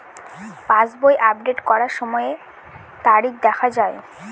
পাসবই update করার সময়ে তারিখ দেখা য়ায়?